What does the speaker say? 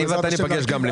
אני ואתה ניפגש גם לפני כן.